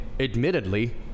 Admittedly